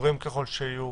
מסורים ככל שיהיו,